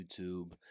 YouTube